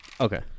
Okay